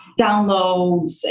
downloads